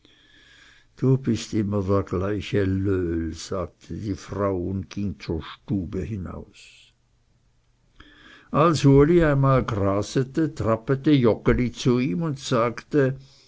du bist immer der gleiche löhl sagte die frau und ging zur stube aus als uli einmal grasete trappete joggeli zu ihm und sagte